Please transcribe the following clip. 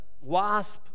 wasp